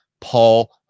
Paul